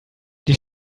die